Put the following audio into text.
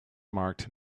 marked